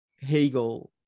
Hegel